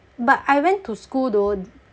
but I went to school though